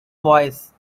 voice